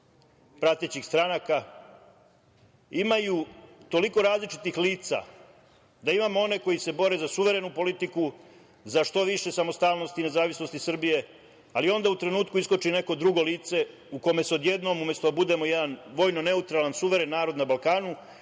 pratećih stranaka imaju toliko različitih lica da imamo one koji se bore za suverenu politiku, za što više samostalnosti i nezavisnosti Srbije, ali onda u trenutku iskoči neko drugo lice u kome se odjednom umesto da budemo jedan vojno neutralan suveren narod na Balkanu